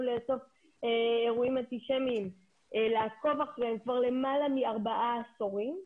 לאסוף אירועים אנטישמיים ולעקוב אחריהם כבר למעלה מארבעה עשורים.